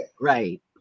Right